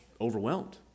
overwhelmed